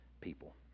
people